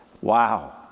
Wow